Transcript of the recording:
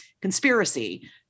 conspiracy